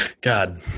God